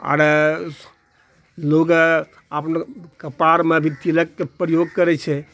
आओर लोक आपलोक कपारमे भी तिलकके प्रयोग करै छै